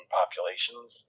populations